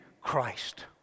Christ